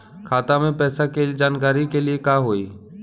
खाता मे पैसा के जानकारी के लिए का होई?